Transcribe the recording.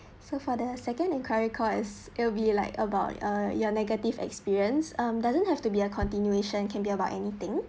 so far the second and cause it'll be like about uh your negative experience um doesn't have to be a continuation can be about anything